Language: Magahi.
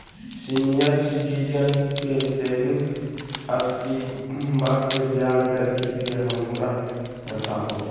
सीनियर सिटीजन के सेविंग स्कीमवा के ब्याज दर कृपया हमरा बताहो